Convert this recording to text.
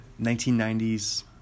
1990s